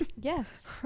Yes